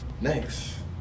Next